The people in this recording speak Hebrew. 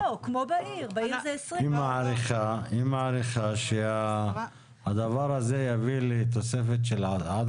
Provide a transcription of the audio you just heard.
היא מעריכה שהדבר הזה יביא לתוספת של עד